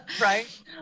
Right